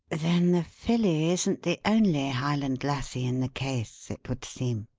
then the filly isn't the only highland lassie in the case, it would seem.